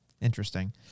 Interesting